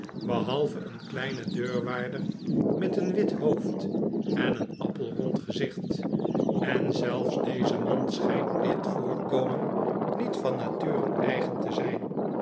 behalve een kleine deurwaarder met een wit hoofd en een appelrond gezicht en zelfs dezen man schijnt dit voorkomen niet van nature eigen te zijn